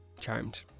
Charmed